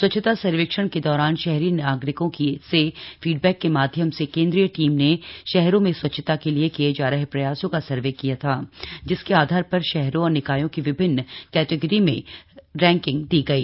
स्वच्छता सर्वेक्षण के दौरान शहरी नागरिकों से फीडबैक के माध्यम से केन्द्रीय टीम ने शहरों में स्वच्छता के लिए किए जा रहे प्रयासों का सर्वे किया था जिसके आधार पर शहरों और निकायों को विभिन्न कटैगरी में रैंकिंग दी गई